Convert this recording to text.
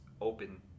open